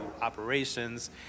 operations